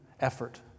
effort